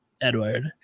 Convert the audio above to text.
edward